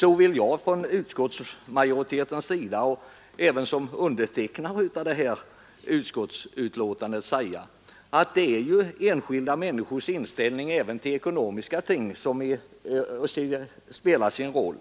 Jag vill från utskottsmajoritetens sida — och även som undertecknare av detta utskottsbetänkande — säga att enskilda människors inställning även till ekonomiska ting spelar sin roll.